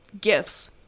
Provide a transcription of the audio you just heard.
gifts